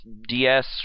DS